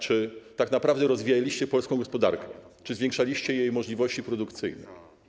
Czy tak naprawdę rozwijaliście polską gospodarkę, czy zwiększaliście jej możliwości produkcyjne?